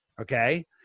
okay